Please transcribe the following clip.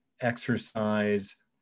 exercise